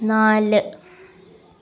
നാല്